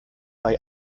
bei